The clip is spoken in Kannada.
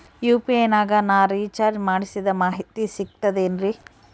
ಯು.ಪಿ.ಐ ನಾಗ ನಾ ರಿಚಾರ್ಜ್ ಮಾಡಿಸಿದ ಮಾಹಿತಿ ಸಿಕ್ತದೆ ಏನ್ರಿ?